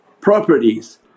properties